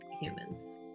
humans